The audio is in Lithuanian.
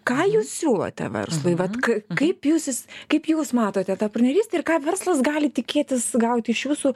ką jūs siūlote verslui vat kai kaip jūs įs kaip jūs matote tą partnerystę ir ką verslas gali tikėtis gauti iš jūsų